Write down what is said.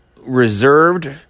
reserved